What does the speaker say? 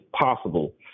possible